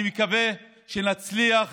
אני מקווה שנצליח